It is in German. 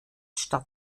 statt